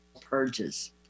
purges